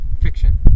fiction